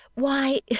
why,